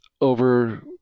over